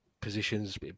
positions